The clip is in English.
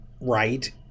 right